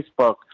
Facebook